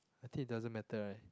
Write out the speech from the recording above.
I think it doesn't matter right